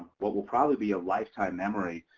what will probably be a lifetime memory,